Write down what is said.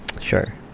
sure